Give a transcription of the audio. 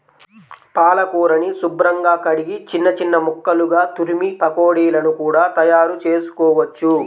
పాలకూరని శుభ్రంగా కడిగి చిన్న చిన్న ముక్కలుగా తురిమి పకోడీలను కూడా తయారుచేసుకోవచ్చు